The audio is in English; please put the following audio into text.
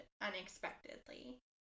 unexpectedly